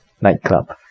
nightclub